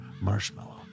marshmallow